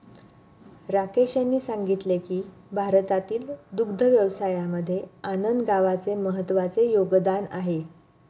राकेश यांनी सांगितले की भारतातील दुग्ध व्यवसायामध्ये आनंद गावाचे महत्त्वाचे योगदान आहे